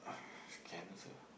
can also